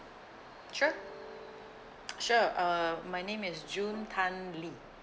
sure sure uh my name is june tan lee